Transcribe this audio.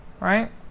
right